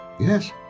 Yes